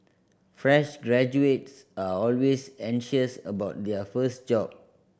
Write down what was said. fresh graduates are always anxious about their first job